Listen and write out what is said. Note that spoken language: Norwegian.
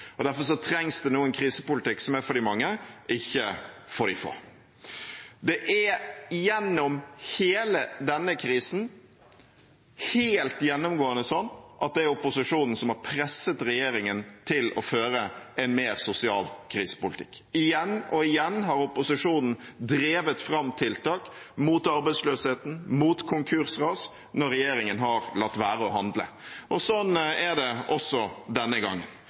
Derfor trengs det nå en krisepolitikk som er for de mange, ikke for de få. Det er gjennom hele denne krisen helt gjennomgående sånn at det er opposisjonen som har presset regjeringen til å føre en mer sosial krisepolitikk. Igjen og igjen har opposisjonen drevet fram tiltak mot arbeidsløsheten, mot konkursras når regjeringen har latt være å handle. Og sånn er det også denne